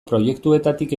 proiektuetatik